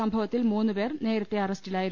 സംഭവത്തിൽ മൂന്നുപ്പേർ നേരത്തേ അറസ്റ്റിലായിരുന്നു